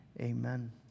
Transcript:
amen